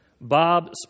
Bob